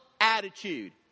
attitude